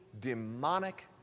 demonic